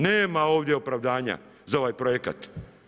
Nema ovdje opravdanja za ovaj projekat.